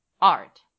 art